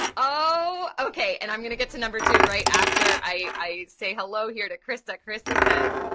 oh, okay, and i'm gonna get to number two right after i say hello here to krista. krista says,